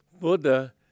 buddha